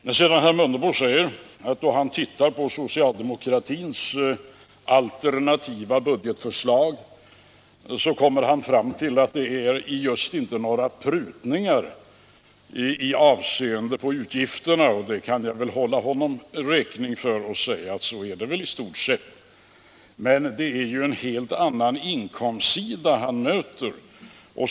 När sedan herr Mundebo säger att då han ser på socialdemokratins alternativa budgetförslag kommer han fram till att det just inte är några prutningar i avseende på utgifterna, kan jag hålla honom räkning för detta och instämma i att så är det väl i stort sett, men det är ju en helt annan inkomstsida han möter.